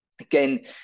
Again